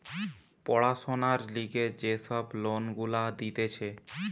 পড়াশোনার লিগে যে সব লোন গুলা দিতেছে